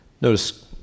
Notice